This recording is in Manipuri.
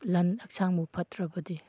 ꯍꯛꯆꯥꯡꯕꯨ ꯐꯠꯇ꯭ꯔꯕꯗꯤ